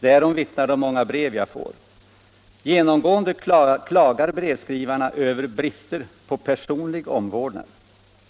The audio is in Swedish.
Därom vittnar de många brev jag får. Genomgående klagar brevskrivarna över brister på personlig omvårdnad.